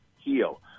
heal